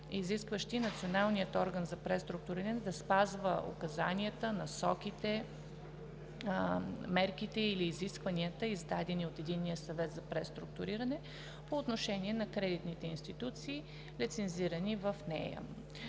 изискващи Националният орган за преструктуриране да спазва указанията, насоките, мерките или изискванията, издадени от Единния съвет за преструктуриране, по отношение на кредитните институции, лицензирани в нея.